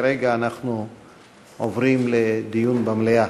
וכרגע אנחנו עוברים לדיון במליאה.